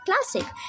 Classic